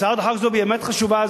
הצעת החוק הזאת באמת חשובה.